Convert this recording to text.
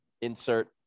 insert